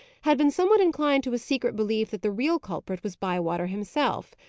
had been somewhat inclined to a secret belief that the real culprit was bywater himself.